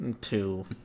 Two